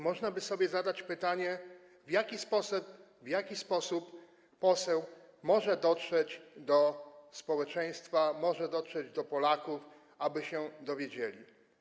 Można by sobie zadać pytanie, w jaki sposób poseł może dotrzeć do społeczeństwa, może dotrzeć do Polaków, aby się dowiedzieli.